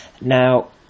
Now